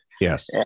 Yes